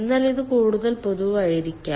എന്നാൽ ഇത് കൂടുതൽ പൊതുവായതായിരിക്കാം